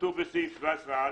כתוב בסעיף 17א